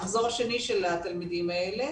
המחזור השני של התלמידים האלה.